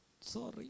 sorry